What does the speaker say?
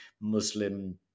Muslim